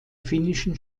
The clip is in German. finnischen